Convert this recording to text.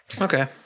Okay